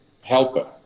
Helper